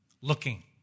Looking